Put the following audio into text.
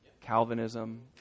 Calvinism